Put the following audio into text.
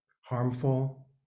harmful